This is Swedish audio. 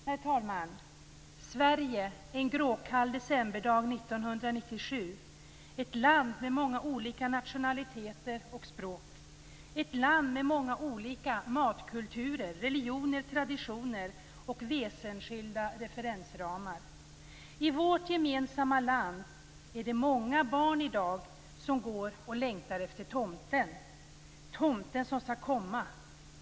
Herr talman! Sverige en gråkall decemberdag 1997 - ett land med många olika nationaliteter och språk, ett land med många olika matkulturer, religioner, traditioner och väsenskilda referensramar. I vårt gemensamma land är det många barn som i dag går och längtar efter tomten som skall komma.